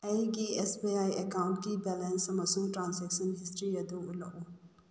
ꯑꯩꯒꯤ S B I ꯑꯦꯀꯥꯎꯟꯒꯤ balance ꯑꯃꯁꯨꯡ ꯇ꯭ꯔꯥꯟꯖꯦꯛꯁꯟ ꯍꯤꯁꯇ꯭ꯔꯤ ꯑꯗꯨ ꯎꯠꯂꯛꯎ